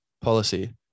policy